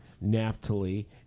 Naphtali